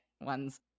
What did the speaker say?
ones